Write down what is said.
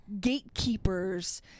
gatekeepers